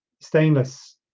Stainless